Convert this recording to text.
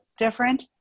different